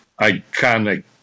iconic